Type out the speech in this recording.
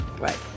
Right